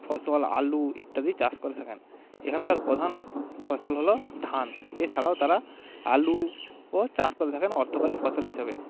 ফসল আলু ইত্যাদি চাষ করে থাকেন এখানকার প্রধান ফসল হলো ধান এছাড়াও তারা আলুও চাষ করে থাকেন অর্থকারী ফসল হিসাবে